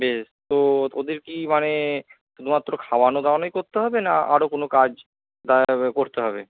বেশ তো ওদের কি মানে শুধুমাত্র খাওয়ানো দাওয়ানোই করতে হবে না আরো কোনও কাজ করতে হবে